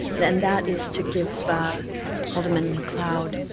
and that is to give alderman macleod,